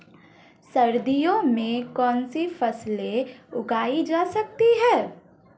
सर्दियों में कौनसी फसलें उगाई जा सकती हैं?